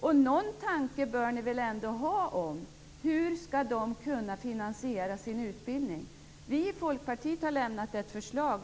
Och någon tanke bör ni väl ändå ha om hur dessa människor skall kunna finansiera sin utbildning. Vi i Folkpartiet har lämnat ett förslag.